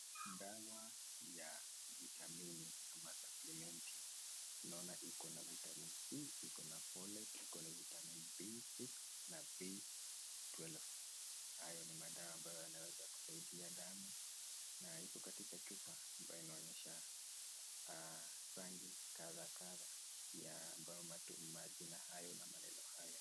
Dawa ya vitamini ama (cs)saplimenti(cs)tunaona iko na(cs) Vitamin C(cs) ,iko na (cs)folic(cs) ,iko na (cs)vitamin(cs) B6 na B12. Hayo ni madawa ambayo yanaweza kusaidia damu na iko katika chupa ambayo inaonyesha rangi kadhaa kadhaa ya majina hayo na maneno hayo.